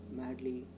madly